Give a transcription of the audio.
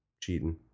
cheating